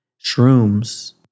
Shrooms